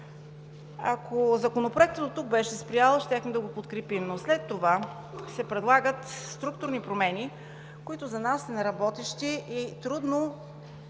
Ако Законопроектът дотук беше спрял, щяхме да го подкрепим, но след това се предлагат структурни промени, които за нас са неработещи и трудно